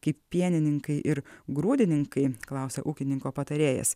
kaip pienininkai ir grūdininkai klausia ūkininko patarėjas